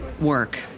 work